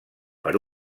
per